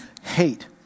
hate